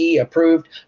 approved